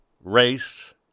race